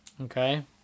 Okay